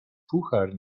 puchar